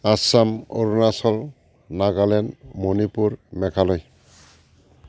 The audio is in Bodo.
आसाम अरुनाचल प्रदेश नागालेण्ड मणिपुर मेघालय